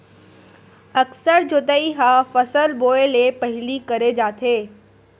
अकरस जोतई ह फसल बोए ले पहिली करे जाथे